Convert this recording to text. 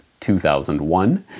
2001